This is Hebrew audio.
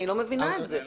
אני לא מבינה את זה?